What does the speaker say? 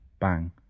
bang